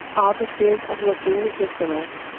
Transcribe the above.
all the fears of looking ridiculous,